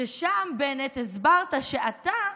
ששם, בנט, הסברת שאתה,